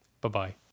Bye-bye